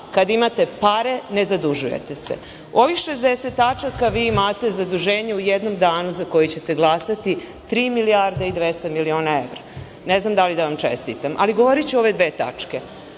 kad imate pare, ne zadužujete se. Ovih 60 tačaka vi imate zaduženje u jednom danu, za koje ćete glasati, tri milijarde i 200 miliona evra. Ne znam da li da vam čestitam. Govoriću o ove dve tačke.